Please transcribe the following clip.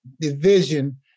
division